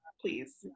Please